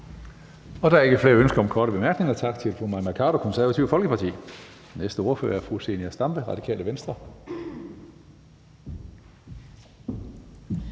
Der er ingen ønsker om korte bemærkninger. Tak til fru Mai Mercado, Det Konservative Folkeparti. Næste ordfører er fru Zenia Stampe, Radikale Venstre.